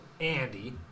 Andy